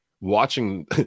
watching